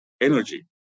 energy